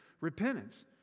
repentance